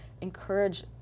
encourage